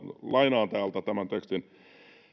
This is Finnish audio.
lainaan täältä tämän tekstin